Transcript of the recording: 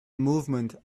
movement